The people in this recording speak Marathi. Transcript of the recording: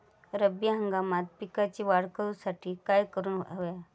रब्बी हंगामात पिकांची वाढ करूसाठी काय करून हव्या?